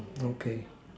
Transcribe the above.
okay